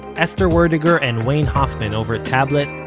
esther werdiger and wayne hoffman over at tablet,